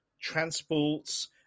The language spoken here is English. transports